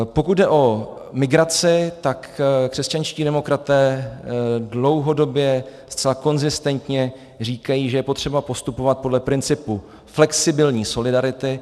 Pokud jde o migraci, tak křesťanští demokraté dlouhodobě zcela konzistentně říkají, že je potřeba postupovat podle principu flexibilní solidarity.